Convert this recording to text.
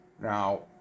Now